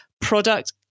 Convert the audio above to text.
product